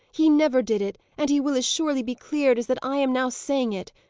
he never did it, and he will as surely be cleared, as that i am now saying it!